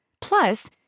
plus